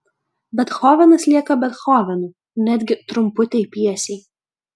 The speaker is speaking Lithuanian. bethovenas lieka bethovenu netgi trumputėj pjesėj